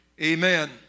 Amen